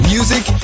Music